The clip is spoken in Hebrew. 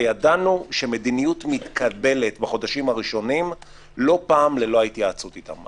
וידענו שמדיניות מתקבלת בחודשים הראשונים לא פעם ללא ההתייעצות איתם.